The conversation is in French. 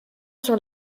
sur